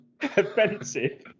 offensive